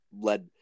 led –